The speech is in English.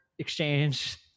exchange